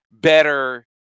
Better